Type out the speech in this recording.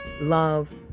love